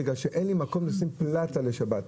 בגלל שאין לי מקום לשים פלטה בשבת.